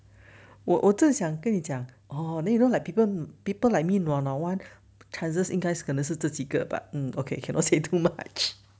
我我正想跟你讲哦 then you know like people people like me nua nua one chances 应该可能是这几个 but mm okay cannot say too much